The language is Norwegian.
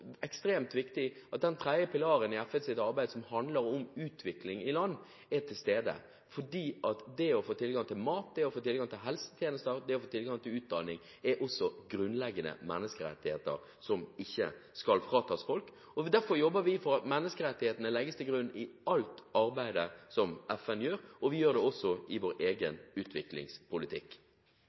ekstremt viktig at den tredje pilaren i FNs arbeid, som handler om utvikling i land, er til stede. Det å få tilgang til mat, det å få tilgang til helsetjenester, og det å få tilgang til utdanning er også grunnleggende menneskerettigheter som ikke skal fratas folk. Derfor jobber vi for at menneskerettighetene legges til grunn i alt arbeid FN gjør, og vi gjør det også i vår egen utviklingspolitikk.